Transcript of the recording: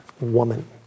woman